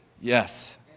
Yes